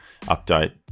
update